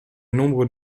nombre